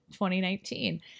2019